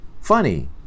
funny